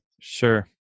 Sure